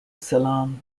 ceylon